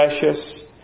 precious